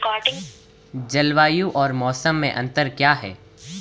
जलवायु और मौसम में अंतर क्या है?